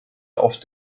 auf